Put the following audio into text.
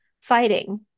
fighting